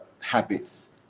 habits